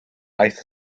aeth